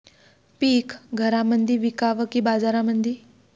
पीक घरामंदी विकावं की बाजारामंदी?